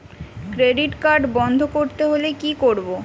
Credit card বন্ধ করতে হলে কি করব?